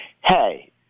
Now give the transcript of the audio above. hey